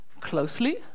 closely